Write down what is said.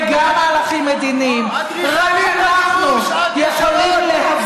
וגם מהלכים מדיניים, אדריכלית הגירוש, את כישלון.